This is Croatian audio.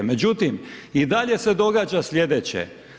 Međutim, i dalje se događa slijedeće.